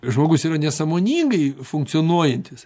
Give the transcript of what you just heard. žmogus yra nesąmoningai funkcionuojantis